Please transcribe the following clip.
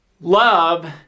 love